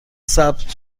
ثبت